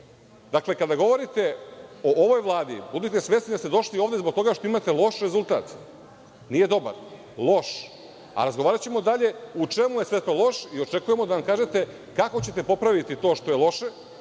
menjali. Kada govorite o ovoj vladi, budite svesni da ste došli ovde zbog toga što imate loš rezultat, nije dobar, loš, a razgovaraćemo dalje u čemu je sve to loš i očekujemo da nam kažete kako ćete popraviti to što je loše,